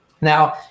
Now